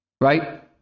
right